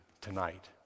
tonight